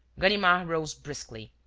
ganimard rose briskly